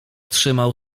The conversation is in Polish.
trzymał